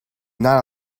not